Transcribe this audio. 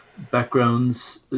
backgrounds